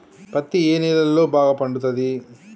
పత్తి ఏ నేలల్లో బాగా పండుతది?